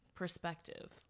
perspective